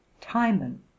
timon